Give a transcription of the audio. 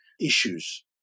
issues